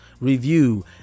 review